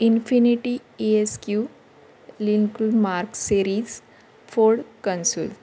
infinity E S Q lincoln mark series ford consul